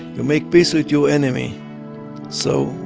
you make peace with your enemy so,